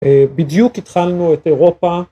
בדיוק התחלנו את אירופה